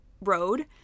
road